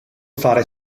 fare